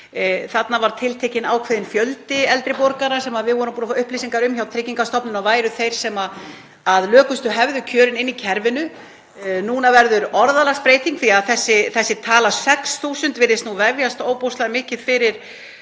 Þarna var tiltekinn ákveðinn fjöldi eldri borgara sem við vorum búin að fá upplýsingar um hjá Tryggingastofnun að væru þeir sem lökustu hefðu kjörin í kerfinu. Núna verður orðalagsbreyting í tillögunni því að þessi tala, 6.000, virðist vefjast ofboðslega mikið fyrir